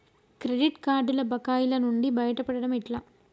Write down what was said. Credit కార్డుల బకాయిల నుండి బయటపడటం ఎట్లా?